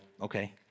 Okay